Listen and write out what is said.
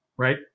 Right